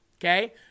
okay